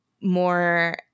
more